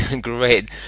Great